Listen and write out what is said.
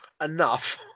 enough